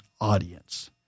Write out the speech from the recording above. audience